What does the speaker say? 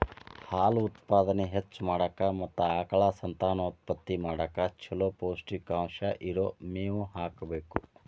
ಹಾಲು ಉತ್ಪಾದನೆ ಹೆಚ್ಚ್ ಮಾಡಾಕ ಮತ್ತ ಆಕಳ ಸಂತಾನೋತ್ಪತ್ತಿ ಮಾಡಕ್ ಚೊಲೋ ಪೌಷ್ಟಿಕಾಂಶ ಇರೋ ಮೇವು ಹಾಕಬೇಕು